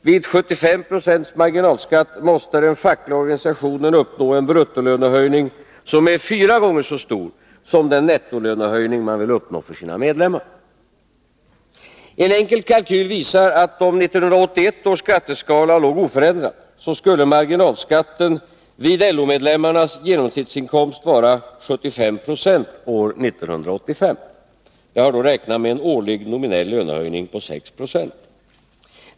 Vid 75 96 marginalskatt måste den fackliga organisationen uppnå en bruttolönehöjning som är fyra gånger så stor som den nettolönehöjning man vill uppnå för sina medlemmar. : En enkel kalkyl visar, att om 1981 års skatteskala låg oförändrad skulle marginalskatten vid LO-medlemmarnas genomsnittsinkomst vara 75 96 år 1985 — jag har då räknat med en årlig, nominell lönehöjning på 6 96.